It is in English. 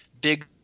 big